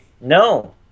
No